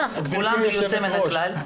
כולם בלי יוצא מן הכלל.